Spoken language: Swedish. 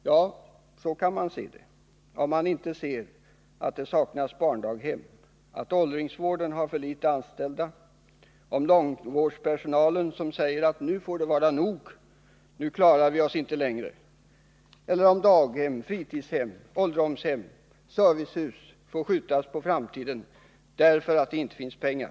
Ja, så kan man se det, om man inte ser att det saknas barndaghem, att åldringsvården har för litet antal anställda eller att långvårdspersonalen kan säga: Nu får det vara nog — nu klarar vi oss inte längre. Så ser man det också, om man inte märker att daghem, fritidshem, ålderdomshem, servicehus m.m. får skjutas på framtiden därför att det inte finns pengar.